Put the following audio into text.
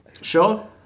Sure